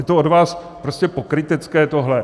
Je to od vás prostě pokrytecké, tohle!